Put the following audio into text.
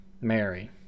Mary